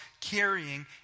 carrying